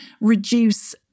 reduce